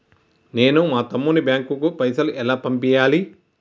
నేను మా తమ్ముని బ్యాంకుకు పైసలు ఎలా పంపియ్యాలి?